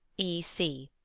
e c